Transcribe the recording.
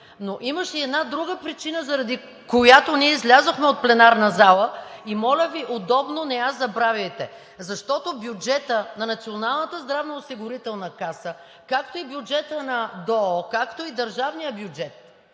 Но имаше и една друга причина, заради която ние излязохме от пленарната залата и моля Ви, удобно, не я забравяйте, защото бюджетът на Националната здравноосигурителна каса, както и бюджетът на ДОО, както и държавният бюджет,